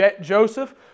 Joseph